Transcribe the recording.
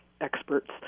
experts